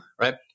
right